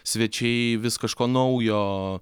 svečiai vis kažko naujo